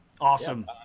awesome